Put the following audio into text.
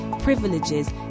privileges